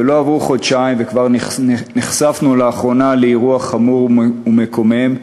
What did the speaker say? ולא עברו חודשיים וכבר נחשפנו לאירוע חמור ומקומם,